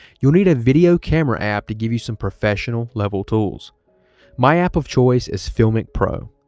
you'll need a video camera app to give you some professional level tools my app of choice is filmic pro.